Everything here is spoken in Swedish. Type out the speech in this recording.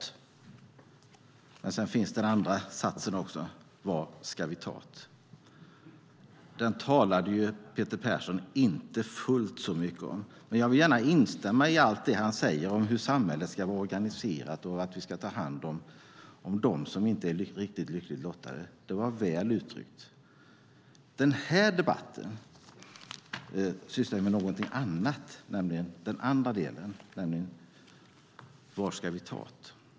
Men sedan finns den andra satsen också: Var ska vi ta't? Den talade Peter Persson inte fullt så mycket om. Men jag vill gärna instämma i allt det han säger om hur samhället ska vara organiserat och att vi ska ta hand om dem som inte är riktigt lyckligt lottade. Det var väl uttryckt. I den här debatten sysslar vi med någonting annat, den andra delen, nämligen: Var ska vi ta't?